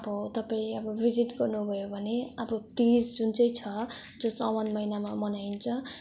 अब तपाईँ अब भिजिट गर्नु भयो भने अब तिज जुन चाहिँ छ जो साउन महिनामा मनाइन्छ